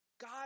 God